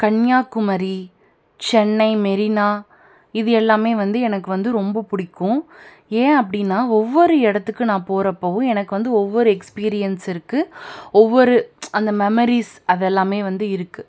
கன்னியாகுமரி சென்னை மெரினா இது எல்லாமே எனக்கு வந்து ரொம்ப பிடிக்கும் ஏன் அப்படின்னா ஒவ்வொரு இடத்துக்கு நான் போகிறப்போவும் ஒவ்வொரு எக்ஸ்பீரியன்ஸ் இருக்குது ஒவ்வொரு அந்த மெமரிஸ் அதெல்லாமே வந்து இருக்குது